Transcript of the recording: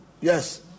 yes